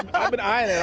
ah been eyeing